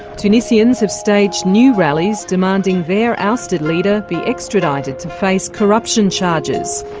tunisians have staged new rallies demanding their ousted leader be extradited to face corruption charges,